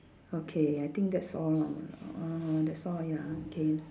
okay I think that's all lor uh that's all ya K